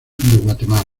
guatemala